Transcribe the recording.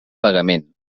pagament